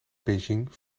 beijing